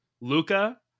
Luca